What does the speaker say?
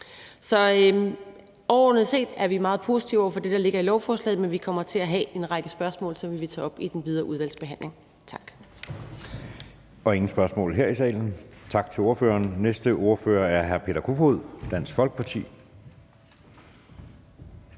Så overordnet set er vi meget positive over for det, der ligger i lovforslaget, men vi kommer til at have række spørgsmål, som vi vil tage op i den videre udvalgsbehandling. Tak. Kl. 12:26 Anden næstformand (Jeppe Søe): Der er ingen spørgsmål fra salen. Tak til ordføreren. Den næste ordfører er hr. Peter Kofod, Dansk Folkeparti.